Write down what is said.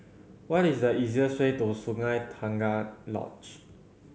what is the easiest way to Sungei Tengah Lodge